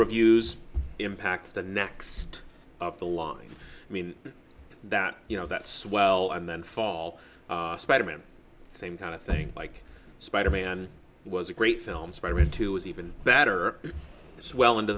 reviews impact the next up the line i mean that you know that's well and then fall spider man same kind of thing like spider man was a great film spider into is even better as well in